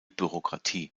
bürokratie